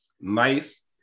nice